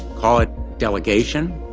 call it delegation